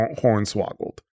hornswoggled